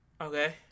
Okay